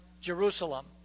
Jerusalem